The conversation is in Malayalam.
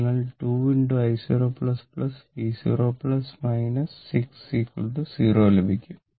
അതിനാൽ 2 i0 v0 6 0 ലഭിക്കും